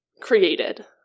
created